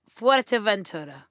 Fuerteventura